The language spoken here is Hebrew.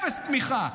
אפס תמיכה.